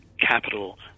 capital